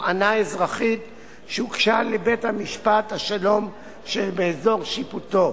תובענה אזרחית שהוגשה לבית-משפט השלום שבאזור שיפוטו.